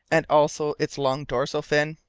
and also its long dorsal fin?